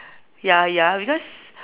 ya ya because